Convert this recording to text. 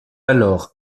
alors